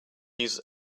use